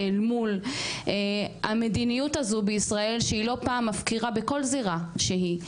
אל מול המדיניות הזו בישראל שהיא לא פעם מפקירה בכל זהירה שהיא,